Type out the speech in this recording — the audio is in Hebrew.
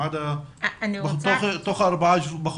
אני רוצה לומר